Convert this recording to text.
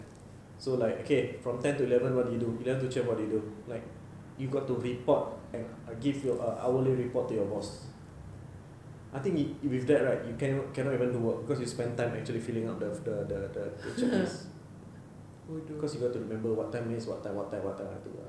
so like okay from ten to eleven what you do from eleven to twelve what you do like you got to report and give your hourly report to your boss I think it with that right you cannot cannot even do work because you spend time actually filling up the the the the checklist because you want to remember what time this what time what time what time lah